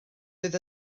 oedd